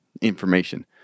information